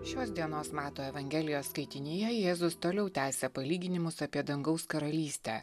šios dienos mato evangelijos skaitinyje jėzus toliau tęsia palyginimus apie dangaus karalystę